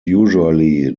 usually